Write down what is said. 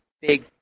big